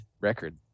record